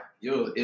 Yo